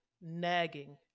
nagging